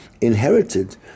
inherited